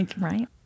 Right